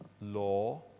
law